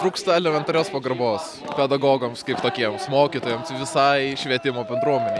trūksta elementarios pagarbos pedagogams kaip tokiems mokytojams visai švietimo bendruomenei